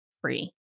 free